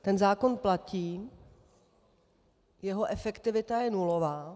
Ten zákon platí, jeho efektivita je nulová.